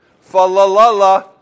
Fa-la-la-la